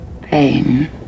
Pain